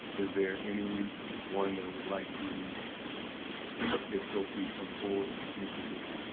is there any one that would like to speak? if so, please come forward. commissioner duda.